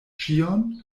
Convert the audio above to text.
ĉion